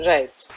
Right